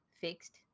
fixed